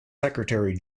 secretary